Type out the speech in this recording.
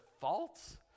faults